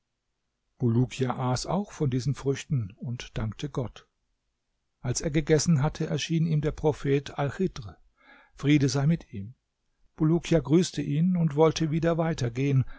aß auch von diesen früchten und dankte gott als er gegessen hatte erschien ihm der prophet alchidhr friede sei mit ihm bulukia grüßte ihn und wollte wieder weiter